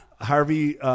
Harvey